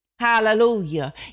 Hallelujah